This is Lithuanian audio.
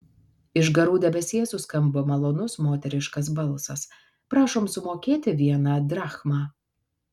iš garų debesies suskambo malonus moteriškas balsas prašom sumokėti vieną drachmą